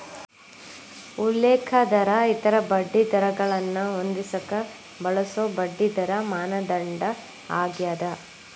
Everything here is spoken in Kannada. ಉಲ್ಲೇಖ ದರ ಇತರ ಬಡ್ಡಿದರಗಳನ್ನ ಹೊಂದಿಸಕ ಬಳಸೊ ಬಡ್ಡಿದರ ಮಾನದಂಡ ಆಗ್ಯಾದ